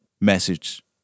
message